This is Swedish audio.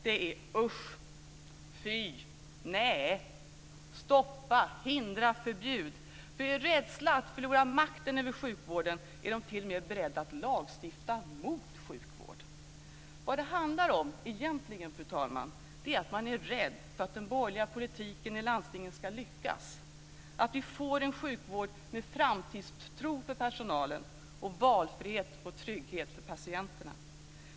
Det är: Usch, fy, nej, stoppa, hindra och förbjud. I rädsla att förlora makten över sjukvården är de t.o.m. beredda att lagstifta mot sjukvård. Fru talman! Egentligen handlar det om att man är rädd för att den borgerliga politiken i landstingen ska lyckas och att vi ska få en sjukvård med framtidstro för personalen och valfrihet och trygghet för patienterna.